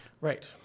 Right